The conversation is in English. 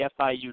FIU